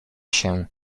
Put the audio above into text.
się